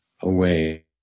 Away